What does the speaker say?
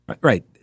Right